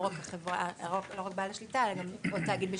לא רק בעל השליטה, אלא גם תאגיד בשליטתו.